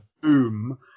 boom